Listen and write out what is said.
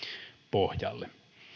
pohjalle